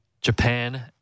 Japan